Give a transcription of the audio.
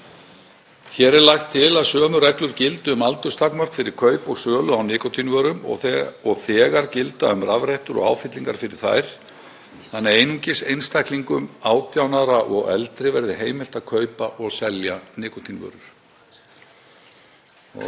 Hér er lagt til að sömu reglur gildi um aldurstakmörk fyrir kaup og sölu á nikótínvörum og þegar gilda um rafrettur og áfyllingar fyrir þær þannig að einungis einstaklingum 18 ára og eldri verði heimilt að kaupa og selja nikótínvörur.